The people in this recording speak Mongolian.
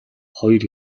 хоёр